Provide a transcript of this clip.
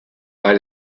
bei